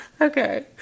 Okay